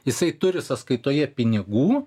jisai turi sąskaitoje pinigų